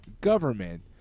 government